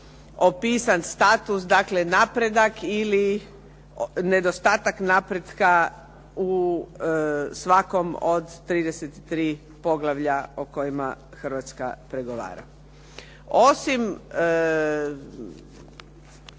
opisan status, dakle napredak ili nedostatak napretka u svakom od 33 poglavlja o kojima Hrvatska pregovara. Osim